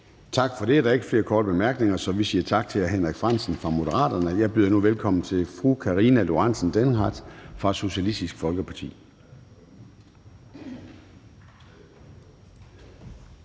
Tak for det. Der er ikke flere korte bemærkninger, så vi siger tak til hr. Henrik Frandsen fra Moderaterne. Jeg byder nu velkommen til fru Karina Lorentzen Dehnhardt fra Socialistisk Folkeparti.